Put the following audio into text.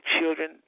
children